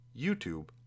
YouTube